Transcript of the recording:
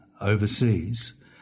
overseas